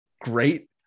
Great